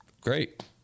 great